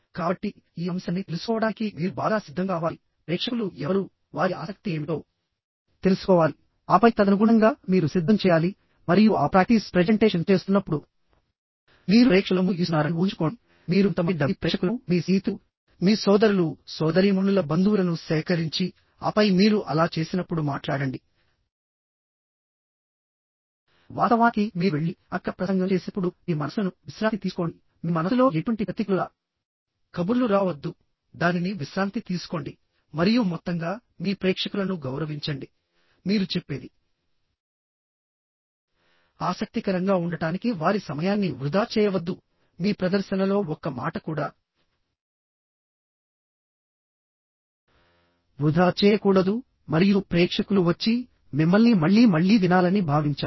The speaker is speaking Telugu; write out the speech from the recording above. కాబట్టి ఈ అంశాన్ని తెలుసుకోవడానికి మీరు బాగా సిద్ధం కావాలిప్రేక్షకులు ఎవరు వారి ఆసక్తి ఏమిటో తెలుసుకోవాలిఆపై తదనుగుణంగా మీరు సిద్ధం చేయాలి మరియు ఆ ప్రాక్టీస్ ప్రెజెంటేషన్ చేస్తున్నప్పుడు మీరు ప్రేక్షకుల ముందు ఇస్తున్నారని ఊహించుకోండిమీరు కొంతమంది డమ్మీ ప్రేక్షకులను మీ స్నేహితులు మీ సోదరులుసోదరీమణుల బంధువులను సేకరించి ఆపై మీరు అలా చేసినప్పుడు మాట్లాడండి వాస్తవానికి మీరు వెళ్లి అక్కడ ప్రసంగం చేసినప్పుడు మీ మనస్సును విశ్రాంతి తీసుకోండి మీ మనస్సులో ఎటువంటి ప్రతికూల కబుర్లు రావద్దు దానిని విశ్రాంతి తీసుకోండి మరియు మొత్తంగా మీ ప్రేక్షకులను గౌరవించండి మీరు చెప్పేది ఆసక్తికరంగా ఉండటానికి వారి సమయాన్ని వృధా చేయవద్దు మీ ప్రదర్శనలో ఒక్క మాట కూడా వృధా చేయకూడదు మరియు ప్రేక్షకులు వచ్చి మిమ్మల్ని మళ్లీ మళ్లీ వినాలని భావించాలి